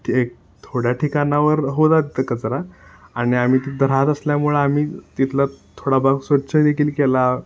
एक थोड्या ठिकाणावर होतात कचरा आणि आम्ही तिथं राहत असल्यामुळे आम्ही तिथलं थोडा भाग स्वच्छ देखील केला